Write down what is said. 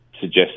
suggest